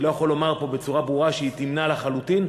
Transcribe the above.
אני לא יכול לומר פה בצורה ברורה שהיא תמנע לחלוטין,